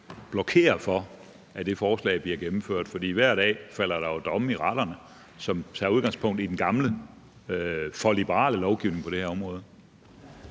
blokerer for, at det forslag bliver gennemført? For der falder jo hver dag domme i retterne, som tager udgangspunkt i den gamle og for liberale lovgivning på det område.